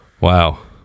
Wow